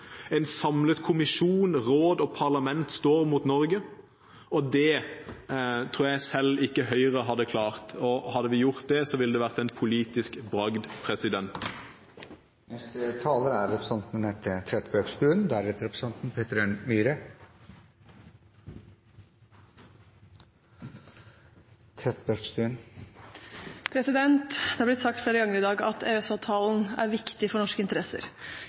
En samlet kommisjon, et samlet råd og parlament står mot Norge, og det tror jeg selv ikke Høyre hadde klart. Hadde vi gjort det, ville det vært en politisk bragd. Det er sagt flere ganger i dag at EØS-avtalen er viktig for norske interesser. Jeg vil dra det enda lenger. EØS-avtalen er uten tvil avgjørende for